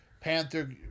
Panther